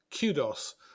kudos